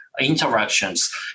Interactions